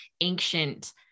ancient